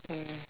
mm